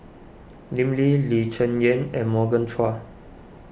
Lim Lee Lee Cheng Yan and Morgan Chua